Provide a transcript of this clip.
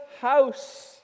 house